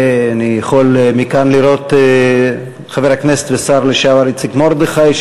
אני יכול מכאן לראות את חבר הכנסת והשר לשעבר איציק מרדכי,